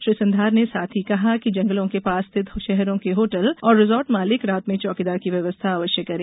श्री सिंघार ने साथ ही कहा कि जंगलों के पास स्थित शहरों के होटल और रिसॉर्ट मालिक रात में चौकीदार की व्यवस्था अवश्य करें